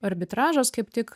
arbitražas kaip tik